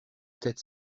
tête